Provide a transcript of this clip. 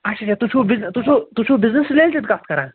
اَچھا اَچھا تُہۍ چھُو بزنِس تُہۍ چھُو بزنِس رِلیٹِڈ کَتھ کَران